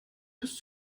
bis